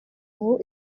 ubu